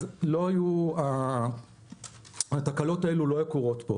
אז התקלות האלו לא היו קורות פה.